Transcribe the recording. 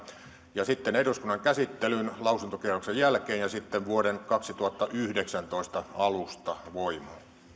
ja sitten eduskunnan käsittelyyn lausuntokierroksen jälkeen ja sitten vuoden kaksituhattayhdeksäntoista alusta voimaan